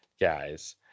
guys